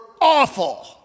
awful